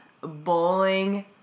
bowling